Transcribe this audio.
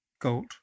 gold